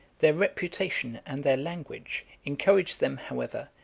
their reputation and their language encouraged them, however,